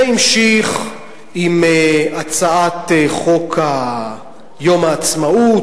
זה המשיך עם הצעת חוק יום העצמאות,